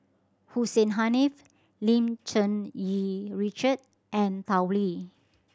Hussein Haniff Lim Cherng Yih Richard and Tao Li